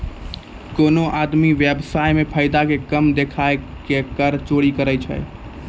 कोनो आदमी व्य्वसाय मे फायदा के कम देखाय के कर चोरी करै छै